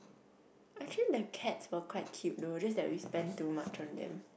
actually the cats were quite cute though just that we spend too much on them